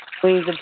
please